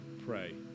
pray